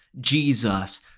Jesus